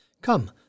Come